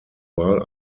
wahl